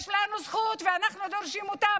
יש לנו זכות ואנחנו דורשים אותה,